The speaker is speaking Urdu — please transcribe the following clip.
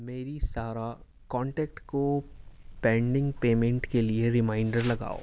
میری سارہ کانٹیکٹ کو پینڈنگ پیمنٹ کے لیے ریمائنڈر لگاؤ